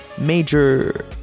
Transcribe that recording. major